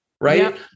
Right